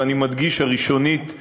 ואני מדגיש: הראשונית בלבד,